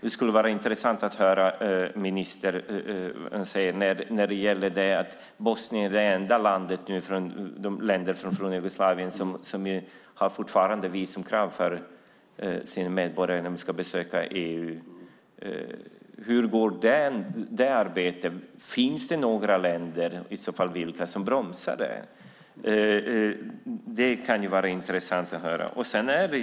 Det skulle vara intressant att höra ministern kommentera det faktum att Bosnien nu är det enda landet i det forna Jugoslavien vars medborgare fortfarande har visumkrav när de ska besöka EU. Hur går det arbetet? Finns det några länder, och i så fall vilka, som bromsar det? Det vore intressant att höra.